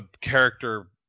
character